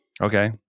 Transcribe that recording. okay